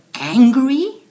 angry